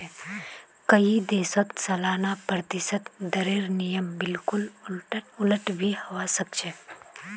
कई देशत सालाना प्रतिशत दरेर नियम बिल्कुल उलट भी हवा सक छे